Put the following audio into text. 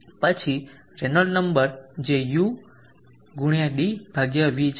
પછી Renault number જે u×dυ છે